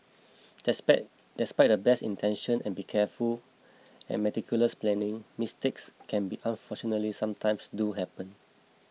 despite despite the best intentions and careful and meticulous planning mistakes can and unfortunately sometimes do happen